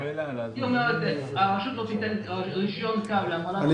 על פי התקנה הזאת: הרשות לא תיתן רישיון קו --- עידן,